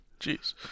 Jeez